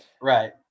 right